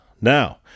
Now